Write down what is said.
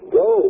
go